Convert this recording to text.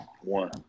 One